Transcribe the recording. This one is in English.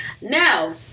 now